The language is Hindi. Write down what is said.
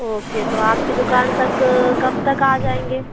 ओके तो आप की दुकान तक कब तक आ जाएंगे